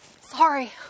Sorry